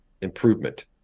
improvement